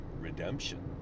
redemption